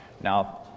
Now